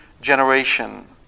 generation